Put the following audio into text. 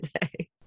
today